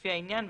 לפי העניין,